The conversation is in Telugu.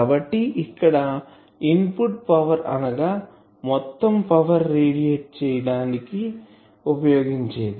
కాబట్టి ఇక్కడ ఇన్పుట్ పవర్ అనగా మొత్తం పవర్ రేడియేట్ చేయడానికి ఉపయోగించేది